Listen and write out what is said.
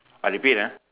I repeat ah